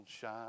shine